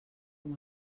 com